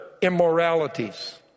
immoralities